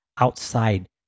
outside